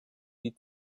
die